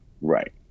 right